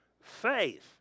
Faith